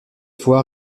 fois